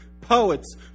poets